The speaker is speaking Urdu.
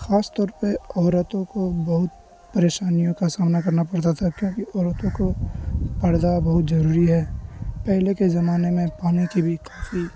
خاص طور پہ عورتوں کو بہت پریشانیوں کا سامنا کرنا پڑتا تھا کیونکہ عورتوں کو پردہ بہت ضروری ہے پہلے کے زمانے میں پانی کی بھی کافی